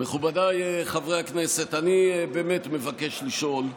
מכובדיי חברי הכנסת, אני באמת מבקש לשאול: